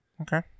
Okay